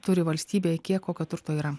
turi valstybė kiek kokio turto yra